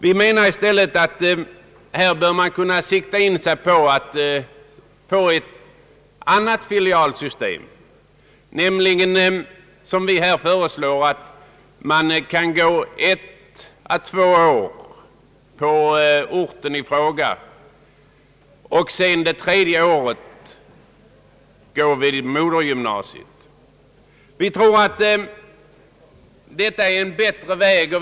Vi föreslår i stället ett system med gymnasiefilialer, där eleverna skulle studera ett å två år på filialorten och sedan det tredje året vid modergymnasiet. Vi tror att detta är en bättre väg.